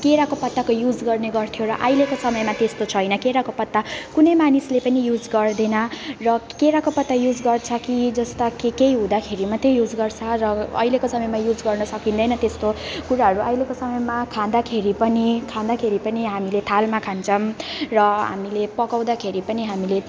पत्ताको युज गर्ने गर्थ्यो र अहिलेको समयमा त्यस्तो छैन केराको पत्ता कुनै मानिसले पनि युज गर्दैन र केराको पत्ता युज गर्छ कि जस्ता के के हुँदाखेरि मात्रै युज गर्छ र अहिलेको समयमा युज गर्न सकिँदैन त्यस्तो कुराहरू अहिलेको समयमा खाँदाखेरि पनि खाँदाखेरि पनि हामीले थालमा खान्छौँ र हामीले पकाउँदाखेरि पनि हामीले